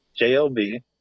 JLB